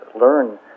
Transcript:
learn